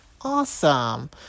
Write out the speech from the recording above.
Awesome